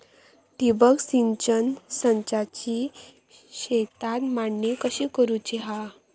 ठिबक सिंचन संचाची शेतात मांडणी कशी करुची हा?